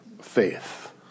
faith